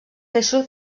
jesús